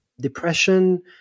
depression